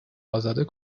ازاده